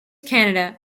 canada